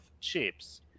chips